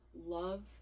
love